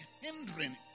hindering